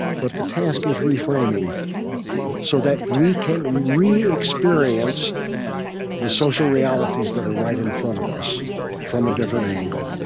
but the task is reframing so that we can re-experience the social realities that are right in front of us from a different angle